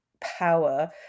power